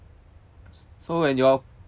so when your